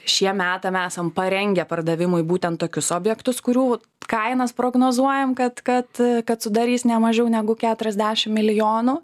šiem metam esam parengę pardavimui būtent tokius objektus kurių kainas prognozuojam kad kad kad sudarys nemažiau negu keturiasdešim milijonų